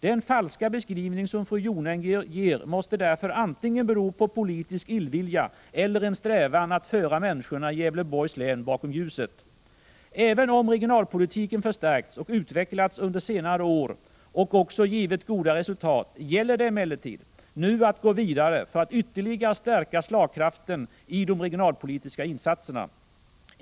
Den falska beskrivning som fru Jonäng ger måste därför bero på antingen politisk illvilja eller en strävan att föra människor i Gävleborgs län bakom ljuset. Även om regionalpolitiken förstärkts och utvecklats under senare år och också givit goda resultat gäller det emellertid nu att gå vidare för att ytterligare stärka slagkraften i de regionalpolitiska insatserna.